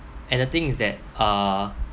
and the thing is that uh